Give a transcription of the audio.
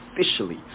officially